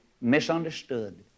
misunderstood